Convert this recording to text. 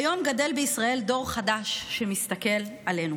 כיום גדל בישראל דור חדש שמסתכל עלינו,